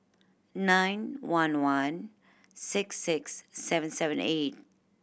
nine one one six six seven seven eight